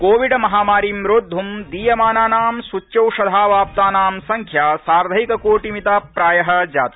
Covid महामारीं रोद्धुं दीयमानानां सूच्यौषधावाप्तानां संख्या सार्धैककोटिमिता प्राय जाता